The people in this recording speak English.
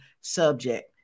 subject